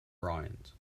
bryant